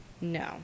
No